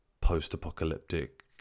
post-apocalyptic